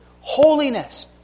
Holiness